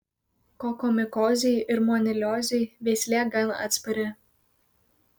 kokomikozei ir moniliozei veislė gan atspari